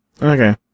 Okay